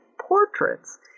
portraits